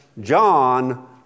John